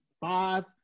five